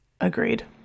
Agreed